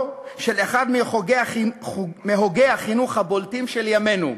של אחד מהוגי החינוך הבולטים של ימינו: